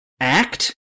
act